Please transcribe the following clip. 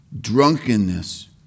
drunkenness